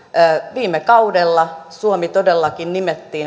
viime kaudella suomi todellakin nimettiin